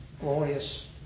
glorious